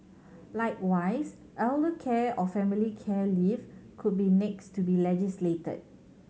likewise elder care or family care leave could be next to be legislated